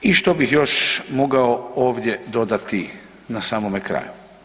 I što bih još mogao ovdje dodati na samome kraju?